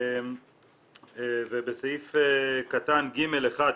בסעיף קטן (ג)(1),